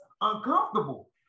uncomfortable